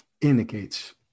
indicates